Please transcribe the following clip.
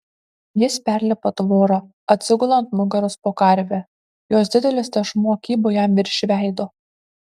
jis perlipa tvorą atsigula ant nugaros po karve jos didelis tešmuo kybo jam virš veido